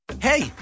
Hey